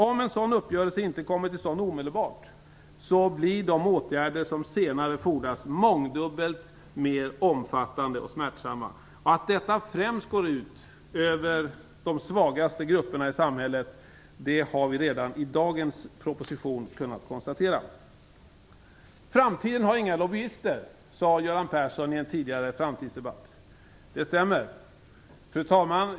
Om en sådan uppgörelse inte kommer till stånd omedelbart blir de åtgärder som senare fordras mångdubbelt mer omfattande och smärtsamma. Att detta främst går ut över de svagaste grupperna i samhället har vi redan kunnat konstatera i dagens proposition. Framtiden har inga lobbyister, sade Göran Persson i en tidigare framtidsdebatt. Det stämmer. Fru talman!